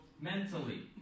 mentally